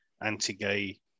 anti-gay